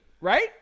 Right